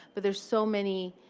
but there's so many